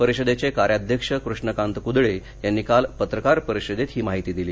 परिषदेचे कार्याध्यक्ष कृष्णकांत कुदळे यांनी काल पत्रकार परिषदेत ही माहिती दिली